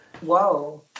Whoa